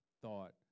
thought